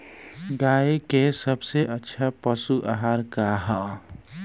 गाय के सबसे अच्छा पशु आहार का ह?